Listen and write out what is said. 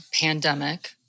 Pandemic